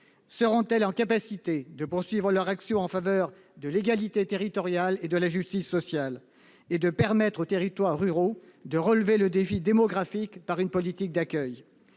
seront-elles en capacité de poursuivre leur action en faveur de l'égalité territoriale et de la justice sociale et de permettre aux territoires ruraux de relever le défi démographique par une politique d'accueil ?